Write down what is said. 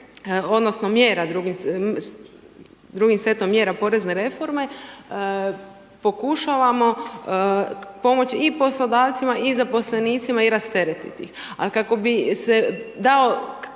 odnosno drugim setom mjera porezne reforme, pokušavamo pomoći i poslodavcima i zaposlenicima i rasteretiti ih ali kako bi se dao